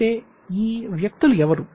అయితే ఈ వ్యక్తులు ఎవరు